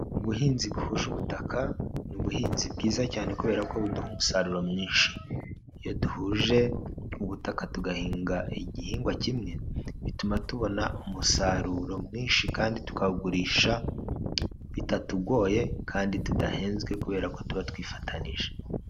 Ubuhinzi buhuje ubutaka ni ubuhinzi bwiza cyane kubera ko buduha umusaruro mwinshi, iyo duhuje ubutaka tugahinga igihingwa kimwe bituma tubona umusaruro mwinshi kandi tukawugurisha bitatugoye kandi tudahenzwe kubera ko tuba twifatanije.